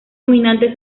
dominantes